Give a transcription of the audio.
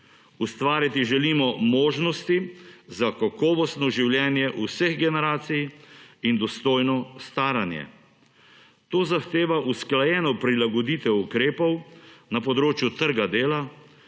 Ustvariti želimo možnosti za kakovostno življenje vseh generacij in dostojno staranje. To zahteva usklajeno prilagoditev ukrepov na področju trga dela,